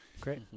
great